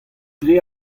dre